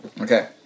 Okay